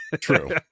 True